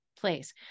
place